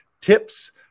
tips